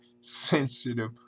sensitive